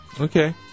Okay